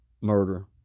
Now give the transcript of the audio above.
murder